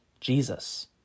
Jesus